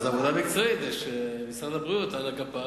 אז עבודה מקצועית, יש משרד הבריאות על אגפיו